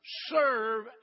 serve